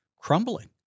crumbling